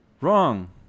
Wrong